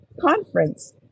conference